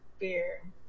beer